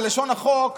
בלשון החוק,